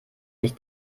sich